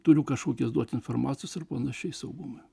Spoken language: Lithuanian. turiu kažkokias duot informacijos ir panašiai saugumui